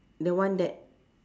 the one that